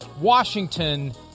Washington